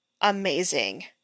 amazing